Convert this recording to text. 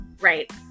Right